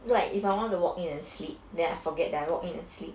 like if I want to walk in and sleep then I forget that I walk in and sleep